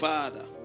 Father